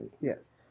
Yes